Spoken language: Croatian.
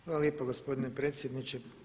Hvala lijepo gospodine predsjedniče.